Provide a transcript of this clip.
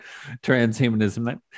transhumanism